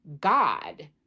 God